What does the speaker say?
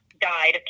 died